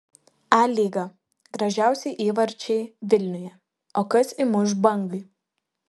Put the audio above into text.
a lyga gražiausi įvarčiai vilniuje o kas įmuš bangai